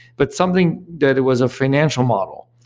but something that it was a financial model?